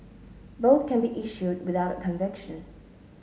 both can be issued without a conviction